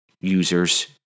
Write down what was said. users